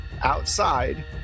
outside